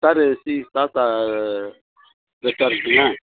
sir இது Sri Sastha restaurant தானே